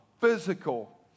physical